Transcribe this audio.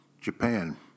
Japan